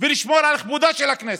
ולשמור על כבודה של הכנסת.